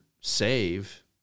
Save